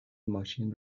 ماشین